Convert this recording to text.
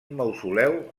mausoleu